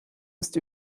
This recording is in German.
ist